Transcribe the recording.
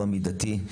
הוא המידתי,